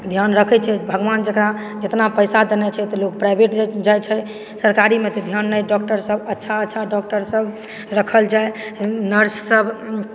ध्यान राखय छथि भगवान जकारा जितना पैसा देनय छै तऽ लोक प्राइवेटमे जाइत छै सरकारीमे तऽ ध्यान नहि डॉक्टरसभ अच्छा अच्छा डॉक्टरसभ रखल जाइ नर्ससभ